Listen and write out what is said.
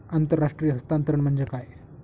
आंतरराष्ट्रीय हस्तांतरण म्हणजे काय?